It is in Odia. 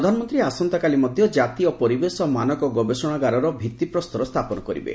ପ୍ରଧାନମନ୍ତ୍ରୀ ଆସନ୍ତାକାଲି ମଧ୍ୟ ଜାତୀୟ ପରିବେଶ ମାନକ ଗବେଷଣାଗାରର ଭିଭି ପ୍ରସ୍ତର ସ୍ଥାପନ କରିବେ